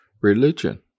religion